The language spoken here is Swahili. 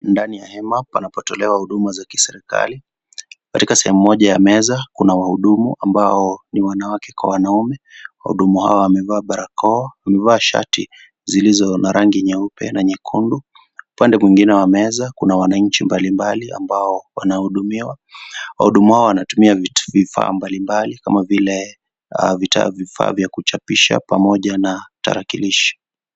Ndani ya hema panapotolewa huduma za kiserikali, katika sehemu moja ya meza kuna wahudumu ambao ni wanawake kwa wanaume, wahudumu hawa wamevaa barakoa wamevaa shati zilizo na rangi nyeupe na nyekundu, upande mwingine wa meza kuna wananchi mbalimbali ambao wanahudumiwa, wahudumu hawa wanatumia vifaa mbalimbali kama vile vifaa vya kuchapisha pamoja na tarakilishi.